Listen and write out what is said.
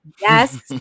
Yes